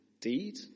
Deed